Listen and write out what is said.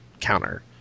counter